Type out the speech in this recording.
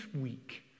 weak